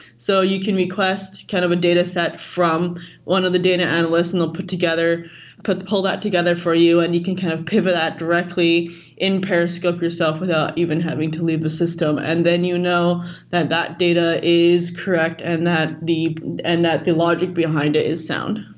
so you can request kind of a dataset from one of the data analysts and they'll put together put the pulled out together for you and you can kind of pivot that directly in periscope yourself without even having to leave the system. and then you know that that data is correct and that the and that the logic behind it is sound.